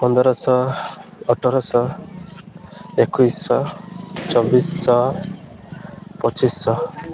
ପନ୍ଦର ଶହ ଅଠର ଶହ ଏକୋଇଶ ଶହ ଚବିଶ ଶହ ପଚିଶ ଶହ